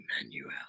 Emmanuel